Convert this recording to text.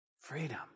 Freedom